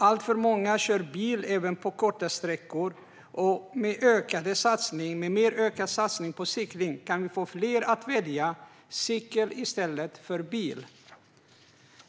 Alltför många kör bil även på korta sträckor, och med ökade satsningar på cykling kan vi få fler att välja cykel i stället för bil.